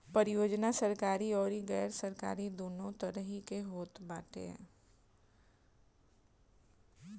परियोजना सरकारी अउरी गैर सरकारी दूनो तरही के होत बाटे